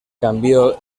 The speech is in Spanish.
cambió